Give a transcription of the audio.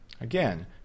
Again